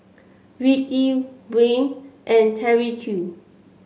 Ricki Wayne and Tyrique